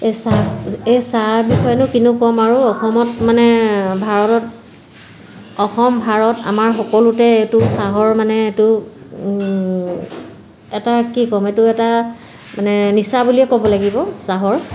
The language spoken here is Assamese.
এই চাহ এই চাহ বিষয়নো কিনো ক'ম আৰু অসমত মানে ভাৰতত অসম ভাৰত আমাৰ সকলোতে এইটো চাহৰ মানে এইটো এটা কি ক'ম এইটো এটা মানে নিচা বুলিয়ে ক'ব লাগিব চাহৰ